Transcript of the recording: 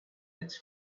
its